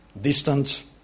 distant